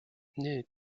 nüüd